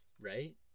right